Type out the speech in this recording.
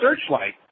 Searchlight